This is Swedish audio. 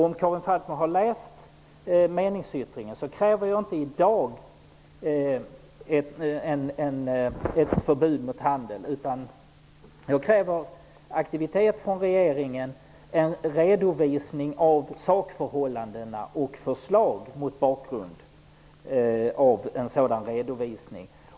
Om Karin Falkmer hade läst meningsyttringen skulle hon ha funnit att jag i dag inte kräver ett förbud mot handel, utan att jag kräver aktivitet från regeringen -- en redovisning av sakförhållandena och förslag mot bakgrund av en sådan redovisning.